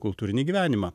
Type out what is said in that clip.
kultūrinį gyvenimą